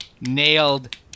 nailed